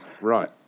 Right